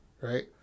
Right